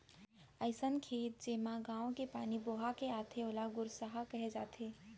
अइसन खेत जेमा गॉंव के पानी बोहा के आथे ओला गोरसहा कहे जाथे